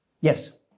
Yes